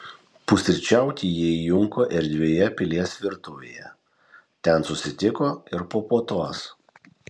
pusryčiauti jie įjunko erdvioje pilies virtuvėje ten susitiko ir po puotos